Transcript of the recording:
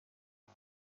اسم